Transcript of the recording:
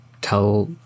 tell